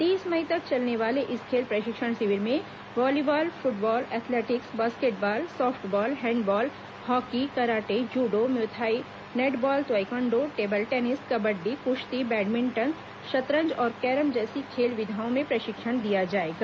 तीस मई तक चलने वाले इस खेल प्रशिक्षण शिविर में volleyball football athletics basketball softball handball hockey karate judo muay thai netball taekwondo table tennis kabaddi कुश्ती बैडमिंटन शतरंज और कैरम जैसी खेल विधाओं में प्रशिक्षण दिया जाएगा